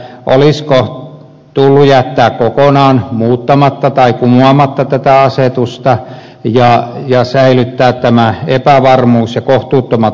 olisiko tullut jättää kokonaan muuttamatta tai kumoamatta tämä asetus ja säilyttää tämä epävarmuus ja kohtuuttomat vaatimukset